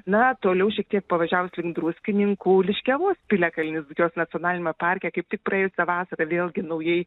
na toliau šiek tiek pavažiavus link druskininkų liškiavos piliakalnis dzūkijos nacionaliniame parke kaip tik praėjusią vasarą vėlgi naujai